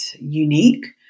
unique